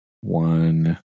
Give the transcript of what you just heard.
one